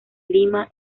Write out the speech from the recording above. lima